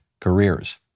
careers